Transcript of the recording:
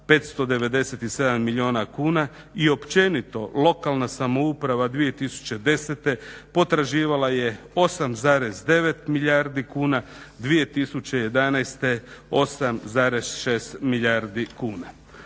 597 milijuna kuna i općenito lokalna samouprava 2010.potraživala je 8,9 milijardi kuna, 2011. 8,6 milijuna kuna.